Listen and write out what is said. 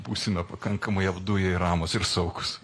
būsime pakankamai apduję ir ramūs ir saugūs